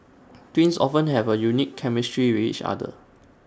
twins often have A unique chemistry with each other